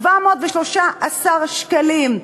713 שקלים.